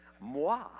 Moi